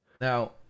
Now